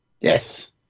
Yes